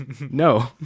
No